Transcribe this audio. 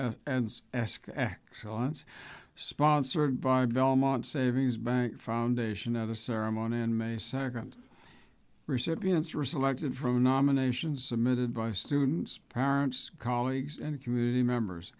esque excellence sponsored by belmont savings bank foundation at a ceremony on may second recipients are selected from nominations submitted by students parents colleagues and community members